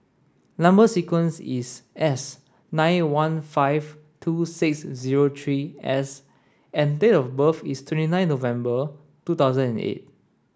number sequence is S nine one five two six zero three S and date of birth is twenty nine November two thousand and eight